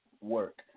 work